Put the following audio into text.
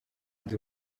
ndi